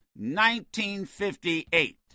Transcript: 1958